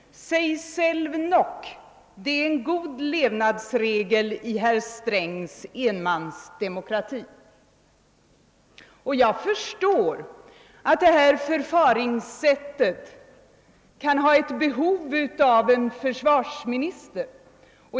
Att vara »seg selv nok» är en god levnadsregel i herr Strängs enmansdemokrati. Jag förstår att detta förfaringssätt kan behöva en försvarsminister.